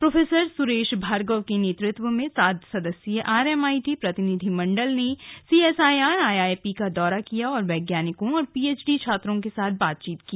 pro Suresh Bhargava के नेतृत्व में सात सदस्यीय आरएमआईटी प्रतिनिधिमंडल ने सीएसआईआर आईआईपी का दौरा किया और वैज्ञानिकों और पीएचडी छात्रों के साथ बातचीत की